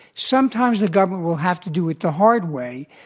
sometimes the government will have to do it the hard way.